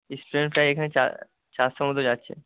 স্টুডেন্টরা এখানে চারশো মতো যাচ্ছে